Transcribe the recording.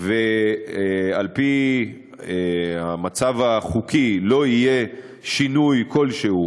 ואם על-פי המצב החוקי לא יהיה שינוי כלשהו